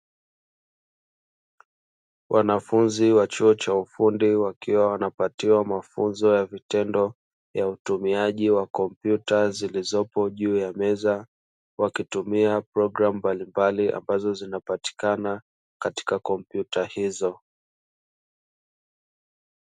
Wanafunzi wa chuo cha ufundi, wakiwa wanapatiwa mafunzo ya vitendo ya utumiaji wa kompyuta zilizopo juu ya meza, wakitumia programu mbalimbali ambazo zinapatikana katika kompyuta hizo.